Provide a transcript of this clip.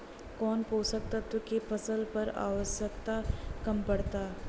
कौन पोषक तत्व के फसल पर आवशयक्ता कम पड़ता?